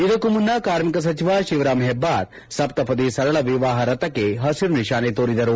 ಇದಕ್ಕೂ ಮುನ್ನ ಕಾರ್ಮಿಕ ಸಚಿವ ಶಿವರಾಮ ಹೆಬ್ಲಾರ್ ಸಪ್ತಪದಿ ಸರಳ ವಿವಾಹ ರಥಕ್ಷೆ ಹಸಿರು ನಿಶಾನೆ ತೋರಿಸಿದರು